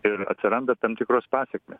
ir atsiranda tam tikros pasekmės